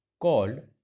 called